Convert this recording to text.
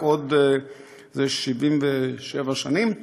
בעוד רק 73 שנים,